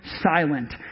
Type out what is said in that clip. silent